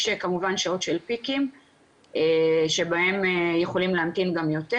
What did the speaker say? יש כמובן שעות של פיקים שבהם יכולים להמתין גם יותר,